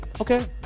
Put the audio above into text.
Okay